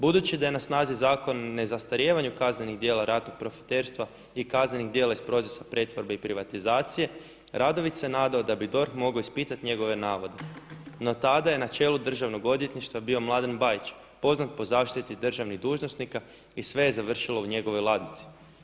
Budući da je na snazi Zakon o nezastarijevanju kaznenih djela ratnog profiterstva i kaznenih djela iz procesa pretvorbe i privatizacije Radović se nadao da bi DORH mogao ispitati njegove navode, no tada je na čelu DORH-a bio Mladen Bajić poznat po zaštiti državnih dužnosnika i sve je završilo u njegovoj ladici.